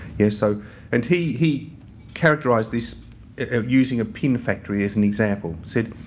yeah so and he he characterised this using a pin factory as an example. said,